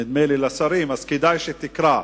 נדמה לי, לשרים, כדאי שתקרא.